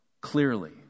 clearly